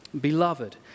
beloved